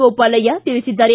ಗೋಪಾಲಯ್ಯ ತಿಳಿಸಿದ್ದಾರೆ